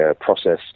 process